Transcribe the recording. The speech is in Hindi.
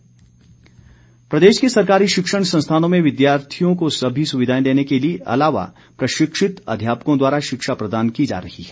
बिंदल प्रदेश के सरकारी शिक्षण संस्थानों में विद्यार्थियों को सभी सुविधाएं देने के अलावा प्रशिक्षित अध्यापकों द्वारा शिक्षा प्रदान की जा रही है